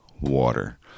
water